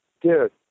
dude